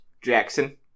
Jackson